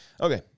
Okay